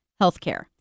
healthcare